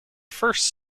first